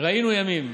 ראינו ימים,